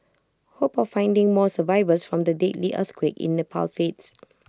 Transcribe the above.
hope of finding more survivors from the deadly earthquake in pal fades